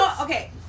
okay